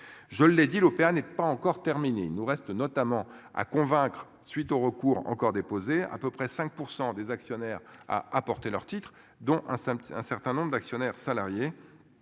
Je l'ai dit l'OPA n'est pas encore terminé, il nous reste notamment à convaincre suite au recours encore déposé à peu près 5% des actionnaires à apporter leurs titres dont un samedi, un certain nombre d'actionnaires salariés.